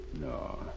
No